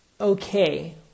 okay